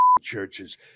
churches